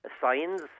signs